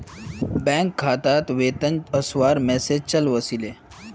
bank खातात वेतन वस्वार मैसेज चाइल ओसीले